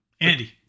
Andy